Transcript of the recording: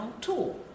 tool